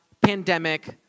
pandemic